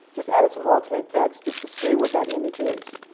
just added some alternate text just to say what that images